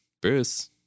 Bruce